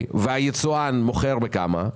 והיצואן מוכר בכמה?